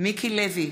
מיקי לוי,